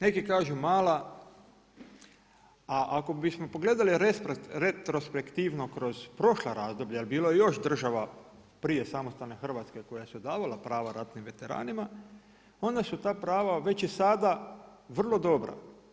Neki kažu mala, a ako bismo pogledali retrospektivno kroz prošla razdoblja jer bilo je još država prije samostalne Hrvatske koja su davala prava ratnim veteranima, onda su ta prava već i sada vrlo dobra.